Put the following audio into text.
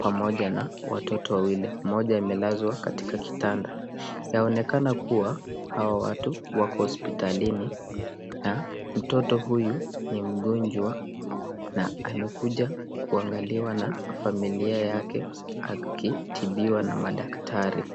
pamoja na watoto wawili, moja amelazwa katika kitanda. Yaonekana kuwa, hao watu wako hospitalini na mtoto huyu ni mgonjwa na amekuja kuangaliwa na familia yake akitibiwa na madaktari.